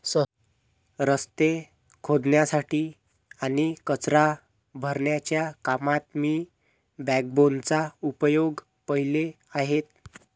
रस्ते खोदण्यासाठी आणि कचरा भरण्याच्या कामात मी बॅकबोनचा उपयोग पाहिले आहेत